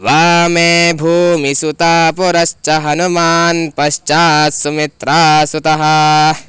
वामे भूमिसुता पुरश्च हनुमान् पश्चात् सुमित्रासुतः